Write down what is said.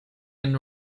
and